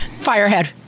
firehead